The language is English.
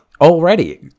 Already